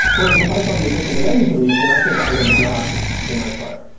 whereas if i saw the addition and then the deletion, i think the item is not in my cart,